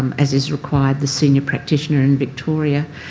as is required, the senior practitioner in victoria.